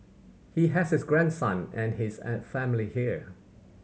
he has his grandson and his an family here